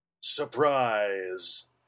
Surprise